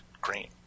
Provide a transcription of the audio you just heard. green